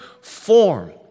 form